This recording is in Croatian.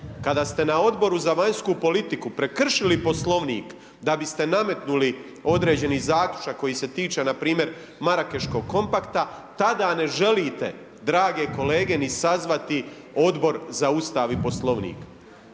kada ste na Odboru za vanjsku politiku prekršili Poslovnik da biste nametnuli određeni zaključak koji se tiče npr. Marakeškog kompakta tada ne želite drage kolege ni sazvati Odbor za ustav i poslovnik.